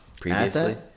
previously